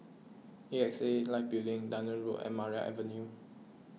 A X A Life Building Dunearn Road and Maria Avenue